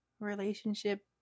relationship